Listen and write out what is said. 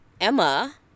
Emma